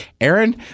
Aaron